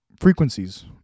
frequencies